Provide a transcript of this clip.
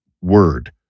word